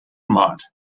mott